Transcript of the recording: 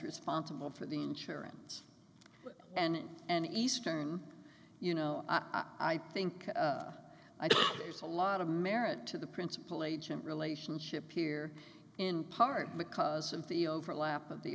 responsible for the insurance and and eastern you know i think there's a lot of merit to the principle agent relationship pier in part because of the overlap of the